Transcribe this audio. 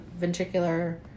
ventricular